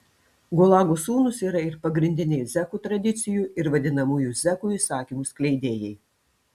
gulago sūnūs yra ir pagrindiniai zekų tradicijų ir vadinamųjų zekų įsakymų skleidėjai